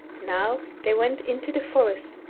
now they went into the forest,